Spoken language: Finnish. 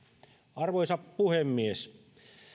arvoisa puhemies